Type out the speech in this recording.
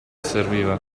serviva